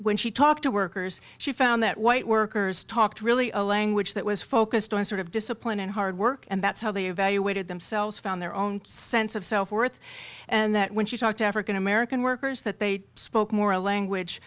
when she talked to workers she found that white workers talked really a language that was focused on sort of discipline and hard work and that's how they evaluated themselves found their own sense of self worth and that when she talked african american workers that they spoke more a language